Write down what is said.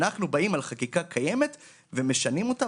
אנחנו באים על חקיקה קיימת ומשנים אותה.